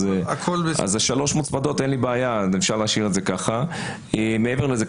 מעבר לזה,